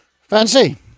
Fancy